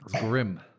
Grim